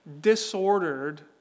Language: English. disordered